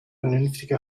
vernünftige